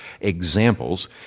examples